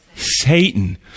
Satan